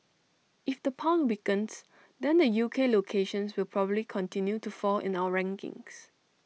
if the pound weakens then the U K locations will probably continue to fall in our rankings